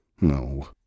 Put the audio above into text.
no